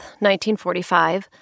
1945